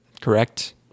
Correct